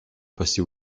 passer